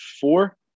four